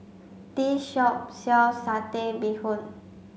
this shop sells satay bee hoon